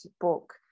book